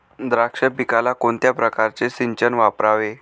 द्राक्ष पिकाला कोणत्या प्रकारचे सिंचन वापरावे?